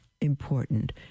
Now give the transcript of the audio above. important